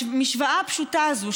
המשוואה הפשוטה הזאת,